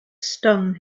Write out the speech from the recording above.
stung